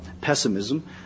pessimism